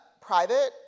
Private